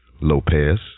lopez